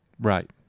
Right